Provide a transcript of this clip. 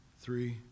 three